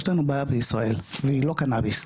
יש לנו בעיה בישראל והיא לא קנאביס,